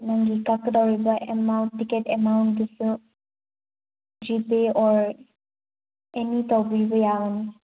ꯅꯪꯒꯤ ꯀꯛꯀꯗꯧꯔꯤꯕ amount ticket ꯑꯦꯃꯥꯎꯟꯗꯨꯁꯨ ꯖꯤꯄꯦ ꯑꯣꯔ ꯑꯦꯅꯤ ꯇꯧꯕꯤꯕ ꯌꯥꯏ